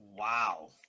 Wow